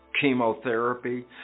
chemotherapy